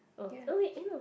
oh oh wait eh no